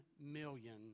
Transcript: million